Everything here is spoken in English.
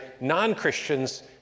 non-Christians